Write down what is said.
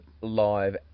live